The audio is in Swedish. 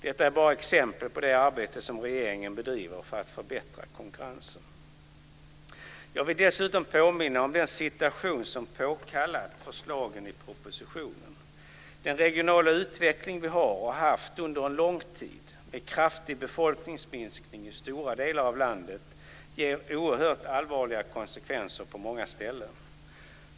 Detta är bara exempel på det arbete som regeringen bedriver för att förbättra konkurrensen. Jag vill dessutom påminna om den situation som påkallat förslagen i propositionen. Den regionala utveckling vi har - och har haft under en lång tid - med en kraftig befolkningsminskning i stora delar av landet, ger oerhört allvarliga konsekvenser på många ställen.